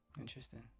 Interesting